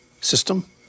system